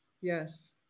Yes